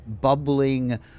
bubbling